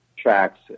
tracks